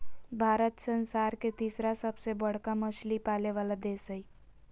भारत संसार के तिसरा सबसे बडका मछली पाले वाला देश हइ